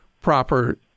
proper